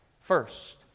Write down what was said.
First